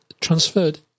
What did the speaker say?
transferred